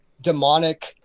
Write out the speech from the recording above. demonic